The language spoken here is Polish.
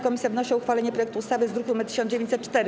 Komisja wnosi o uchwalenie projektu ustawy z druku nr 1904.